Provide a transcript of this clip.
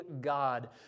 God